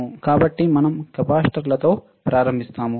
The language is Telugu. కాబట్టి మనం కెపాసిటర్లతో ప్రారంభిస్తాము